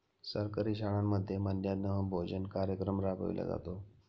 सरकारी शाळांमध्ये मध्यान्ह भोजन कार्यक्रम राबविला जातो